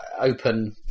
open